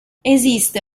esiste